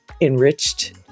enriched